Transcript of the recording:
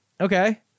okay